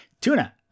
Tuna